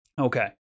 Okay